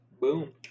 Boom